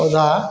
पौधा